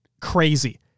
crazy